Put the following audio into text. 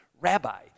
rabbi